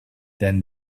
then